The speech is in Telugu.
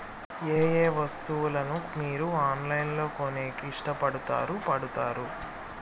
ఏయే వస్తువులను మీరు ఆన్లైన్ లో కొనేకి ఇష్టపడుతారు పడుతారు?